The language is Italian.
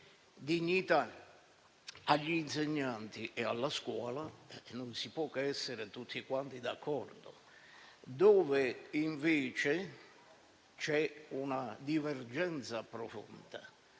dignità agli insegnanti e alla scuola non si può che essere tutti quanti d'accordo; dove, invece, c'è una divergenza profonda